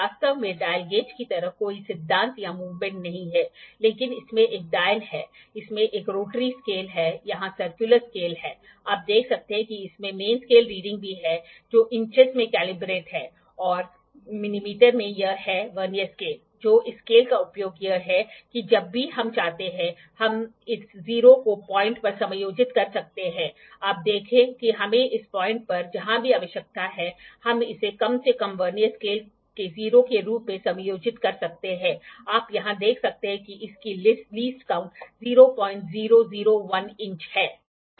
वास्तव में dial gauge की तरह कोई सिद्धांत या मूवमेंट नहीं है लेकिन इसमें एक डायल है इसमें एक रोटरी स्केल है यह यहां सर्कुलर स्केल है आप देख सकते हैं कि इसमें मेन स्केल रीडिंग भी है जो इंचस में कैलिब्रेटेड हैं और मिमी में यह है वर्नियर स्केल जो इस स्केल का उपयोग यह है कि जब भी हम चाहते हैं हम इस 0 को पॉइंट पर समायोजित कर सकते हैं आप देखें कि हमें इस पॉइंट पर जहां भी आवश्यकता है हम इसे कम से कम वर्नियर स्केल के 0 के रूप में समायोजित कर सकते हैं आप यहां देख सकते हैं कि इसकी लीस्ट काउंट 0001 इंच है